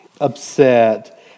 upset